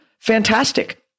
fantastic